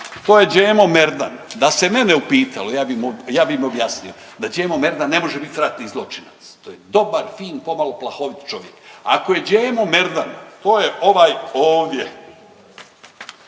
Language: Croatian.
To je Džemo Merdan. Da se mene pitalo ja bih mu objasnio da Džemo Merdan ne može biti ratni zločinac, to je dobar, fin, pomalo plahovit čovjek. Ako je Džemo Merdan to je ovaj ovdje,